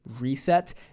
reset